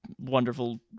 Wonderful